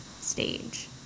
stage